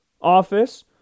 Office